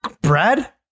Brad